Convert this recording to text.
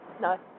No